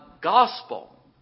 gospel